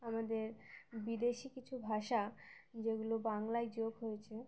আমাদের বিদেশি কিছু ভাষা যেগুলো বাংলায় যোগ হয়েছে